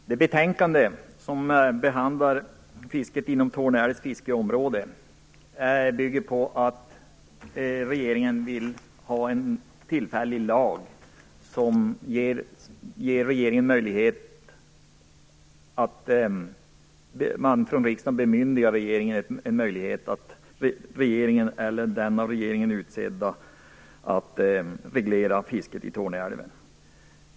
Fru talman! Det betänkande som behandlar fisket inom Torne älvs fiskeområde bygger på att regeringen vill ha en tillfällig lag och att man från riksdagen bemyndigar regeringen eller den av regeringen utsedda att reglera fisket i Torne älv.